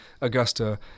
Augusta